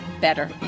better